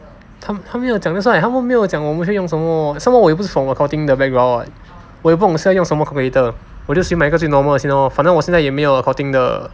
他们他没有讲 that's why 他们没有讲我们会用什么 somemore 我又不是 from accounting 的 background [what] 我也不懂是要用什么 calculator 我就先买一个最 normal 的先 lor 反正我现在也没有 accounting 的